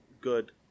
good